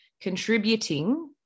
contributing